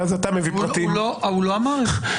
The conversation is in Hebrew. ואז אתה מביא פרטים --- הוא לא אמר את זה.